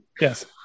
Yes